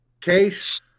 case